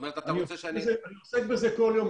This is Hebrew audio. אתה רוצה שאני --- אני עוסק בזה כל יום,